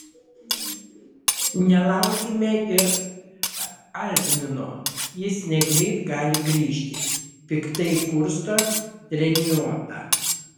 nelaukime ir algmino jis negreit gali grįžti piktai kursto treniota